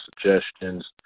suggestions